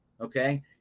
okay